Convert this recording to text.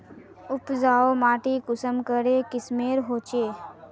उपजाऊ माटी कुंसम करे किस्मेर होचए?